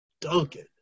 Duncan